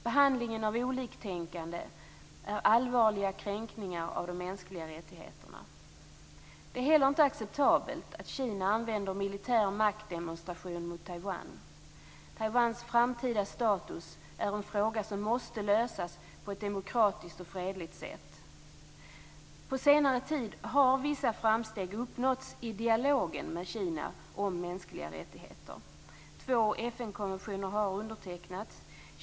Behandlingen av oliktänkande är allvarliga kränkningar av de mänskliga rättigheterna. Det är heller inte acceptabelt att Kina använder militär maktdemonstration mot Taiwan. Taiwans framtida status är en fråga som måste lösas på ett demokratiskt och fredligt sätt. På senare tid har vissa framsteg uppnåtts i dialogen med Kina om mänskliga rättigheter. Två FN konventioner har undertecknats.